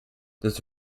this